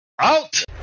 Out